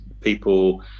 people